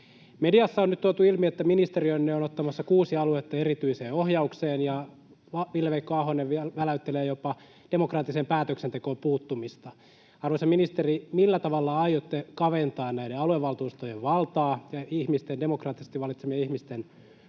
Mediassa on nyt tuotu ilmi, että ministeriönne on ottamassa kuusi aluetta erityiseen ohjaukseen, ja Ville-Veikko Ahonen vielä väläyttelee jopa demokraattiseen päätöksentekoon puuttumista. Arvoisa ministeri, millä tavalla aiotte kaventaa näiden aluevaltuustojen valtaa ja ihmisten demokraattisesti valitsemien ihmisten